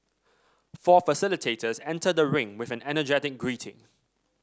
four facilitators enter the ring with an energetic greeting